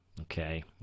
okay